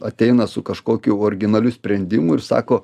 ateina su kažkokiu originaliu sprendimu ir sako